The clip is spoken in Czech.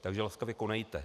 Takže laskavě konejte.